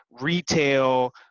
retail